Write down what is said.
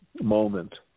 moment